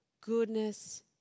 goodness